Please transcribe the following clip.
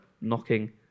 knocking